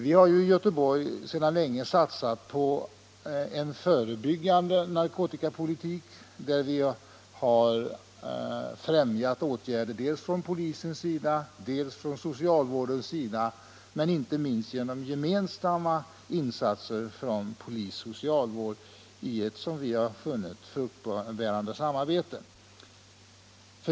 Vi har i Göteborg sedan länge satsat på förebyggande narkotikapolitik, och vi har främjat åtgärder dels från polisens sida, dels från socialvårdens sida men inte minst gemensamma insatser från polis och socialvård i ett som vi har funnit fruktbärande samarbete.